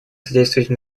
содействовать